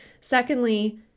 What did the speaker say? Secondly